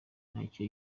nacyo